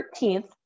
13th